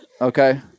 Okay